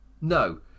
No